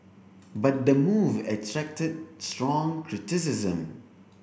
but the move attracted strong criticism